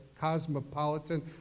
cosmopolitan